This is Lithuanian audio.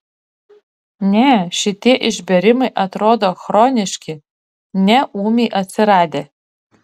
ne šitie išbėrimai atrodo chroniški ne ūmiai atsiradę